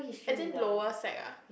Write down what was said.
attend lower sec ah